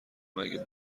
مگه